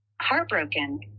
heartbroken